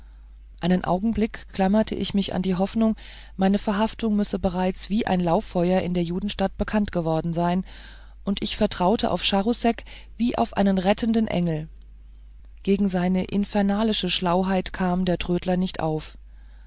einen augenblick klammerte ich mich an die hoffnung meine verhaftung müsse bereits wie ein lauffeuer in der judenstadt bekannt geworden sein und ich vertraute auf charousek wie auf einen rettenden engel gegen seine infernalische schlauheit kam der trödler nicht auf